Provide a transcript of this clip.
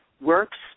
works